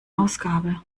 ausgabe